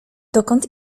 dokąd